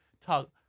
talk